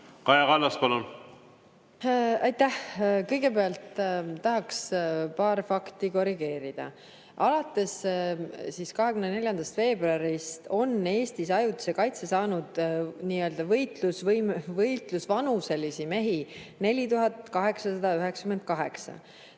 Kaja Kallas, palun! Aitäh! Kõigepealt tahaks paari fakti korrigeerida. Alates 24. veebruarist on Eestis ajutise kaitse saanud nii-öelda võitlusevanuselisi mehi 4898.